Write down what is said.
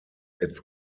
its